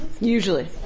usually